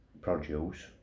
produce